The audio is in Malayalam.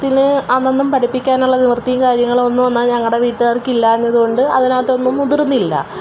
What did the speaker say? അന്നൊന്നും പഠിപ്പിക്കാനുള്ള നിവർത്തിയും കാര്യങ്ങളൊന്നും ഞങ്ങളുടെ വീട്ടുകാർക്കില്ലാഞ്ഞോണ്ട് അതിനകത്തൊന്നും മുതിർന്നില്ല